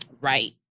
Right